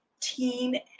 teen